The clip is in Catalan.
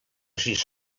sis